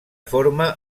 forma